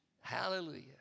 hallelujah